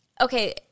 Okay